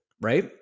right